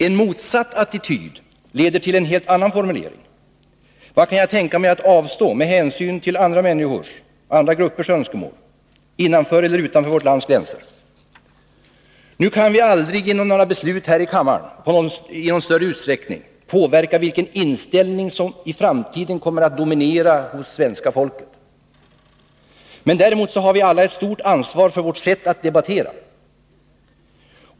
En motsatt attityd leder till en helt annan formulering: Vad kan jag tänka mig att avstå ifrån med hänsyn till andra människors och andra gruppers önskemål innanför och utanför vårt lands gränser? Vi kan aldrig genom några beslut här i kammaren i någon större utsträckning påverka vilken inställning som i framtiden kommer att dominera hos svenska folket. Däremot har vi alla ett stort ansvar för vårt sätt att debattera.